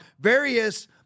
various